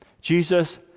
Jesus